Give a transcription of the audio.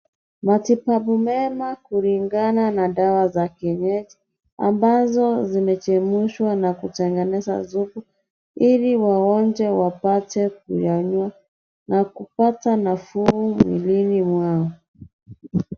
Matibabu mema kulingana na dawa za kienyeji ambazo zimechemshwa na kutengeneza supu ili wagonjwa wapate kuyanywa na kupata nafuu mwilini mwao.